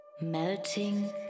Melting